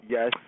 Yes